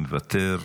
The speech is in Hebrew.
מוותר,